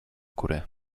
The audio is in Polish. góry